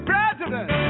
President